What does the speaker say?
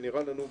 ונראה לנו,